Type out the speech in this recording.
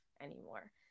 anymore